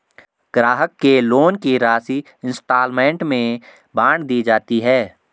ग्राहक के लोन की राशि इंस्टॉल्मेंट में बाँट दी जाती है